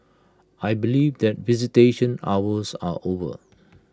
I believe that visitation hours are over